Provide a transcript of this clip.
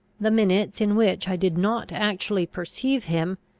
the minutes in which i did not actually perceive him,